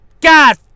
God